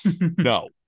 No